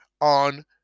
on